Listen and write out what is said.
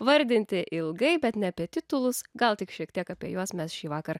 vardinti ilgai bet ne apie titulus gal tik šiek tiek apie juos mes šįvakar